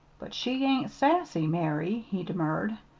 but she ain't sassy, mary, he demurred.